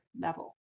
level